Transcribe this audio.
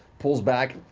pulls back,